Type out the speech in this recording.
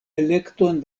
elekton